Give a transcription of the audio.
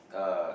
uh